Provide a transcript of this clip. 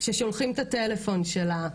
ששולחים את הטלפון שלה,